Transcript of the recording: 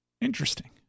Interesting